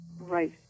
Right